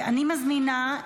אני מזמינה,